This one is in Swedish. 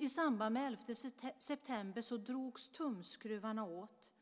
I samband med elfte september drogs tumskruvarna åt.